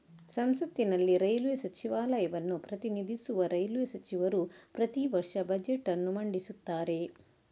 ಸಂಸತ್ತಿನಲ್ಲಿ ರೈಲ್ವೇ ಸಚಿವಾಲಯವನ್ನು ಪ್ರತಿನಿಧಿಸುವ ರೈಲ್ವೇ ಸಚಿವರು ಪ್ರತಿ ವರ್ಷ ಬಜೆಟ್ ಅನ್ನು ಮಂಡಿಸುತ್ತಾರೆ